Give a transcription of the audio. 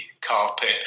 carpet